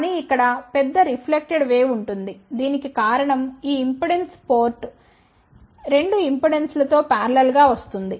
కానీ ఇక్కడ పెద్ద రిఫ్లెక్టెడ్ వేవ్ ఉంటుంది దీనికి కారణం ఈ ఇంపెడెన్స్ పోర్ట్ 2 ఇంపెడెన్స్తో పారలెల్ గా వస్తుంది